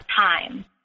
time